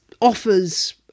offers